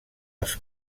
als